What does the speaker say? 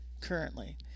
currently